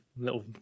little